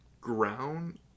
ground